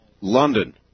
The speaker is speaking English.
London